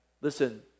listen